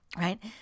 Right